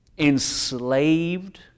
enslaved